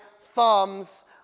thumbs